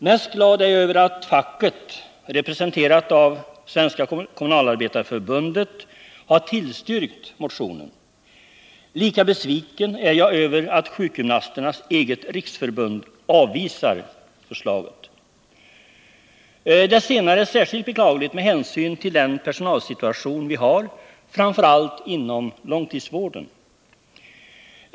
Mest glad är jag över att facket, representerat av Svenska kommunalarbetareförbundet, har tillstyrkt motionen. Lika besviken är jag över att sjukgymnasternas eget riksförbund avvisar förslaget. Det senare är särskilt beklagligt med hänsyn till den personalsituation vi har, framför allt inom långtidsvården.